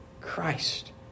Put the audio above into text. Christ